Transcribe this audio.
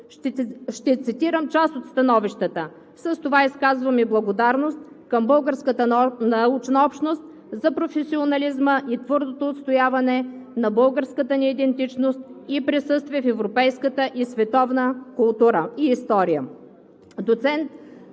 Ще цитирам част от становищата. С това изказвам и благодарност към българската научна общност за професионализма и твърдото отстояване на българската ни идентичност и присъствие в европейската и световната култура и история.